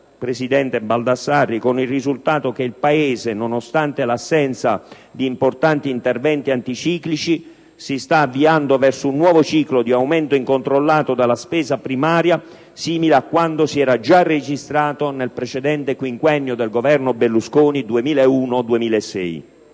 presidente Baldassarri - che il Paese, nonostante l'assenza di importanti interventi anticiclici, si sta avviando verso un nuovo ciclo di aumento incontrollato della spesa primaria simile a quanto si era già registrato nel precedente quinquennio del Governo Berlusconi 2001-2006.